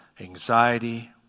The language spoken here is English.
anxiety